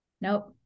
Nope